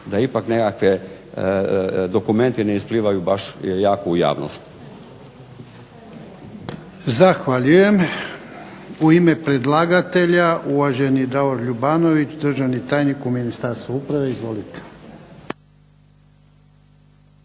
da ipak nekakvi dokumenti ne isplivaju baš jako u javnost. **Jarnjak, Ivan (HDZ)** Zahvaljujem. U ime predlagatelja uvaženi Davor Ljubanović, državni tajnik u Ministarstvu uprave. Izvolite.